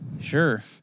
Sure